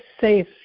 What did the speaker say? safe